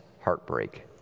heartbreak